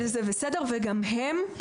זה בסדר, וגם הם.